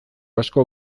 asko